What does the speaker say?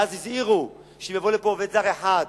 ואז הזהירו שאם יבוא לפה עובד זר אחד,